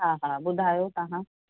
हा हा ॿुधायो तव्हां